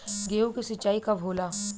गेहूं के सिंचाई कब होला?